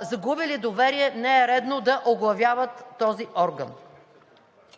загубили доверие, не е редно да оглавяват този орган.